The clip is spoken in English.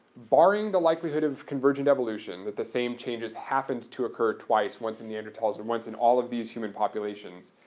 barring the likelihood of convergent evolution, that the same changes happened to occur twice, once in neanderthals and once in all of these human populations,